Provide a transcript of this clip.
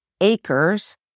acres